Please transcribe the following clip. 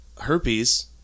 herpes